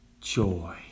joy